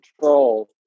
control